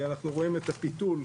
אנחנו רואים את הפיתול,